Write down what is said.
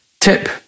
Tip